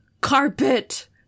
Carpet